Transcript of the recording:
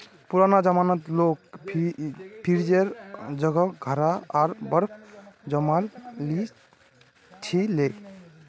पुराना जमानात लोग फ्रिजेर जगह घड़ा त बर्फ जमइ ली छि ले